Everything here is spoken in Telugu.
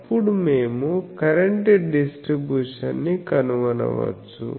అప్పుడు మేము కరెంట్ డిస్ట్రిబ్యూషన్ని కనుగొనవచ్చు